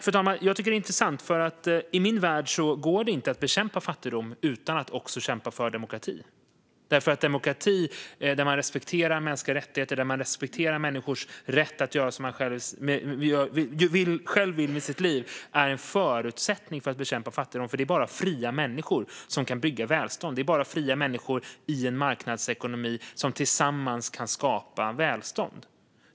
Jag tycker att det här är intressant, för i min värld går det inte att bekämpa fattigdom utan att också kämpa för demokrati. Demokrati där man respekterar mänskliga rättigheter och människors rätt att göra som de själva vill med sina liv är en förutsättning för att bekämpa fattigdom, för det är bara fria människor som kan bygga välstånd. Det är bara fria människor i en marknadsekonomi som tillsammans kan skapa välstånd.